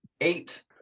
Eight